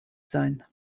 sein